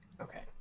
Okay